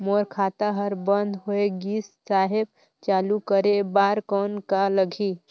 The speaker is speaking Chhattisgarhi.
मोर खाता हर बंद होय गिस साहेब चालू करे बार कौन का लगही?